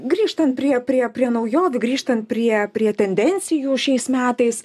grįžtant prie prie prie naujovių grįžtant prie prie tendencijų šiais metais